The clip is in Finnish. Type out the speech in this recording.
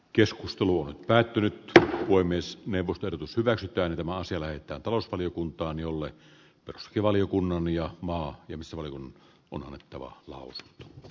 keskustelu on päättynyt tätä voi myös mennä odotus hyväksytäänkö maa sillä että talousvaliokuntaan jolle pärskivaliokunnan ja maan nimisävelmä on annettava louis b